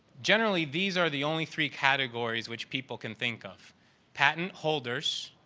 generally, these are the only three categories which people can think of patent holders,